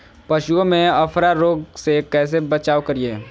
पशुओं में अफारा रोग से कैसे बचाव करिये?